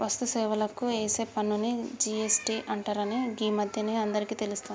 వస్తు సేవలకు ఏసే పన్నుని జి.ఎస్.టి అంటరని గీ మధ్యనే అందరికీ తెలుస్తాంది